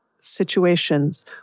situations